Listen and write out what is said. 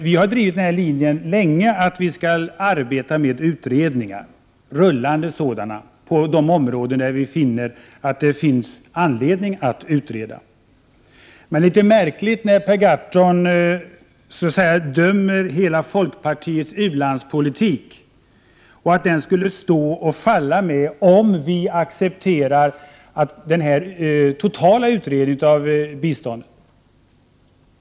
Vi har länge drivit linjen att vi skall arbeta med utredningar — rullande sådana — på de områden vi finner anledning att utreda. Det är litet märkligt när Per Gahrton så att säga dömer hela folkpartiets u-landspolitik och menar att den skulle stå och falla med om vi accepterar denna totala utredning av biståndet.